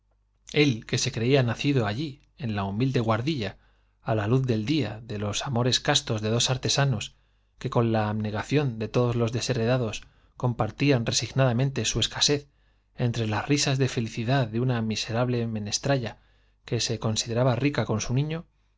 el que se creía nacido pesadilla allí en la humilde guardilla á la luz del día de los amores castos de dos artesanos que con la abnegación de todos los desheredados compartían resignadamente su escasez entre las risas de felicidad de una mise rable menestrala que se consideraba rica con su niño